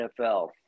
NFL